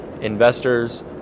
investors